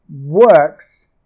works